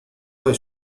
dai